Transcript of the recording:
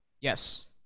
Yes